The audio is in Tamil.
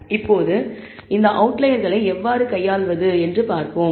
இப்போது இந்த அவுட்லயர்களை எவ்வாறு கையாள்வது என்று பார்ப்போம்